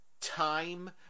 time